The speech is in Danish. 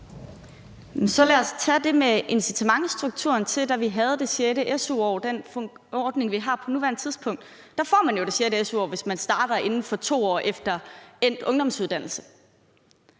Så lad os tage det med den incitamentsstruktur, der ligger i den ordning med det sjette su-år, som vi har på nuværende tidspunkt. Der får man jo det sjette su-år, hvis man starter inden for 2 år efter endt ungdomsuddannelse.